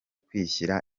kwishyura